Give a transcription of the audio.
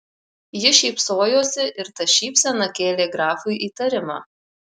ji šypsojosi ir ta šypsena kėlė grafui įtarimą